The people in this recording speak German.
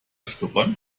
schnuppern